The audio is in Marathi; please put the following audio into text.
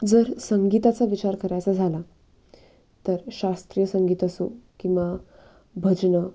जर संगीताचा विचार करायचा झाला तर शास्त्रीय संगीत असो किंवा भजनं